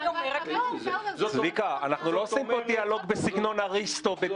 --- זאת אומרת, את